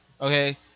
okay